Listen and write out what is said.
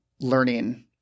learning